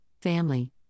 family